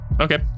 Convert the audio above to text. Okay